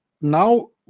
now